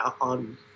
on